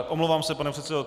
Omlouvám se, pane předsedo.